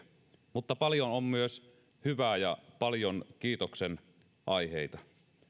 mutta paljon on myös hyvää ja paljon kiitoksen aiheita